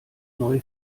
neue